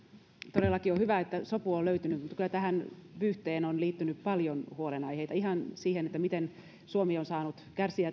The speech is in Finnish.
todellakin on hyvä että sopu on löytynyt mutta kyllä tähän vyyhteen on liittynyt paljon huolenaiheita ihan siihen että miten suomi on saanut kärsiä